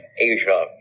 Asia